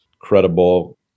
credible